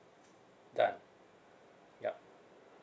done ya